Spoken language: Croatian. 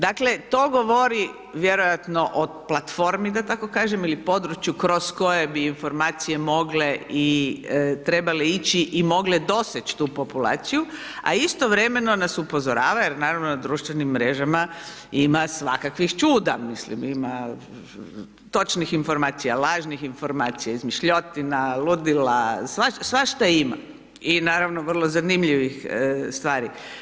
Dakle to govori vjerojatno o platformi da tako kaže ili području kroz koje bi informacije mogle i trebale ići i mogle doseći tu populaciju a istovremeno nas upozorava jer naravno da na društvenim mrežama ima svakakvih čuda, mislim ima točnih informacija, lažnih informacija, izmišljotina, ludila, svašta ima i naravno vrlo zanimljivih stvari.